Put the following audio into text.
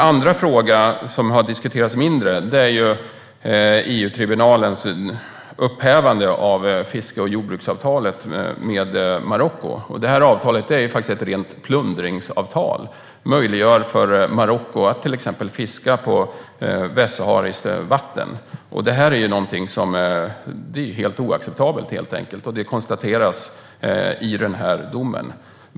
Den fråga som inte har diskuterats lika mycket är den om EU-tribunalens upphävande av fiske och jordbruksavtalet med Marocko. Avtalet är faktiskt ett rent plundringsavtal, och avtalet gör det möjligt för Marocko att till exempel fiska på västsahariskt vatten. Det är helt oacceptabelt, och det konstateras i domen.